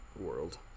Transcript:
world